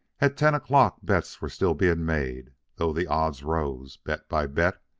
at ten o'clock bets were still being made, though the odds rose, bet by bet,